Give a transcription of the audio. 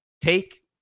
Take